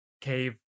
cave